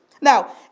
Now